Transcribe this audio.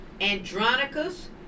Andronicus